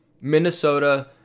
Minnesota